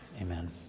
Amen